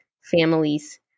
families